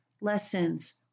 lessons